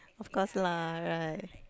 of course lah right